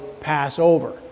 Passover